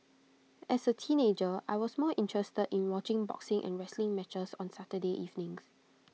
as A teenager I was more interested in watching boxing and wrestling matches on Saturday evenings